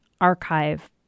Archive